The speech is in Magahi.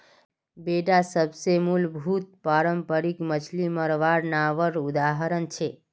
बेडा सबसे मूलभूत पारम्परिक मच्छ्ली मरवार नावर उदाहरण छे